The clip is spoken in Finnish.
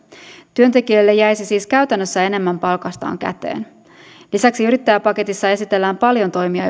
työntekijöille jäisi siis käytännössä enemmän palkastaan käteen lisäksi yrittäjäpaketissa esitellään paljon toimia